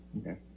okay